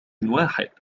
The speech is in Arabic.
واحد